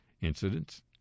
incidents